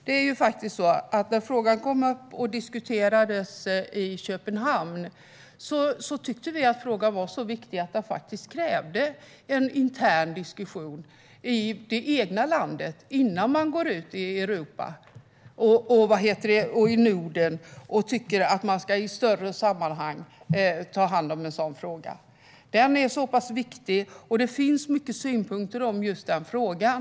Herr talman! Frågan kom upp och diskuterades i Köpenhamn. Men vi tyckte att det krävdes en intern diskussion om en så viktig fråga i det egna landet innan man hanterar en sådan fråga i ett större sammanhang, i Europa och Norden. Den är så pass viktig, och det finns många synpunkter på just den frågan.